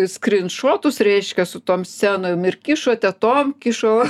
skrinšotus reiškia su tom scenom ir kišo tetom kišo